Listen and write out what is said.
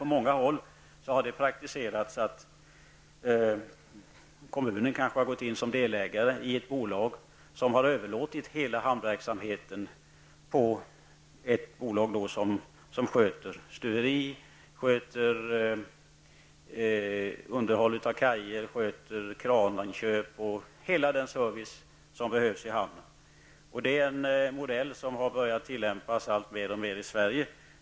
På många håll har praktiserats att en kommun kanske har gått in som delägare i ett bolag som har överlåtit hela hamnverksamheten på ett annat bolag, som sköter stuveri, underhåll av kajer, kraninköp och hela den service som behövs i hamnen. Det är en modell som har börjat tillämpas alltmer i Sverige.